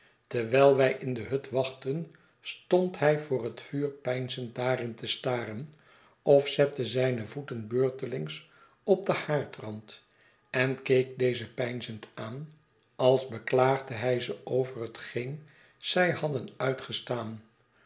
terwijl wij in de hut wachtten stond hij voor het vuur peinzend daarin te staren of zette zijne voeten beurtelings op den haardrand en keek deze peinzend aan als beklaagde hij ze over hetgeen zij hadden uitgestaan